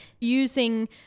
using